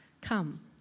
Come